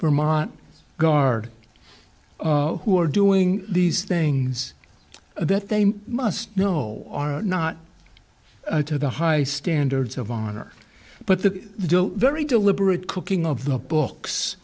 vermont guard who are doing these things that they must know are not to the highest standards of honor but the very deliberate cooking of the books